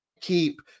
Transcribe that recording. keep